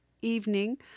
evening